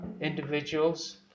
individuals